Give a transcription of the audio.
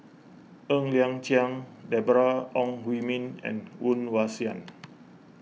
Ng Liang Chiang Deborah Ong Hui Min and Woon Wah Siang